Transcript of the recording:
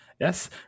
Yes